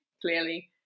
clearly